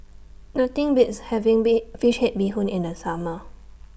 Nothing Beats having Big Fish Head Bee Hoon in The Summer